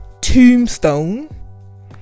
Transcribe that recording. tombstone